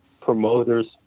promoters